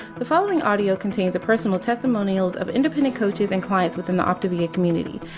the following audio contains the personal testimonials of independent coaches and clients within the optavia community.